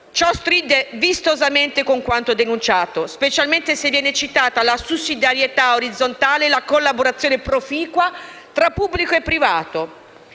Ciò stride vistosamente con quanto denunciato, specialmente se viene citata la sussidiarietà orizzontale e la collaborazione proficua tra pubblico e privato.